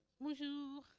Bonjour